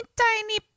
tiny